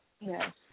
Yes